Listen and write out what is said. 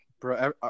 bro